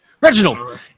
Reginald